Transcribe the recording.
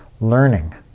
Learning